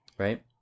right